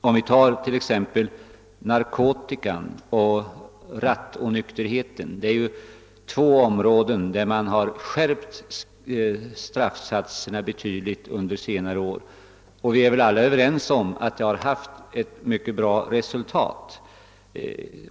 Låt oss t.ex. se på narkotikan och rattonykterheten, två områden där man under senare år betydligt skärpt straffsatserna. Vi är väl alla överens om att detta lett till mycket goda resultat.